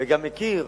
וגם מכיר